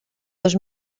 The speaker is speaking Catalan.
dos